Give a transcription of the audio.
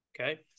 okay